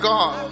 God